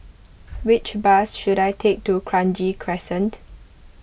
which bus should I take to Kranji Crescent